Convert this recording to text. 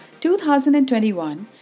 2021